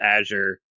Azure